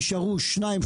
יישארו שניים,